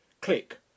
Click